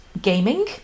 gaming